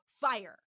Fire